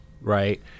Right